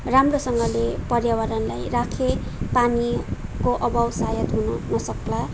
राम्रोसँगले पर्यावरणलाई राखे पानीको अभाव सायद हुन नसक्ला